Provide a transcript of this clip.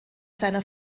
seiner